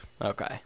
Okay